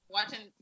Watching